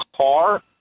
car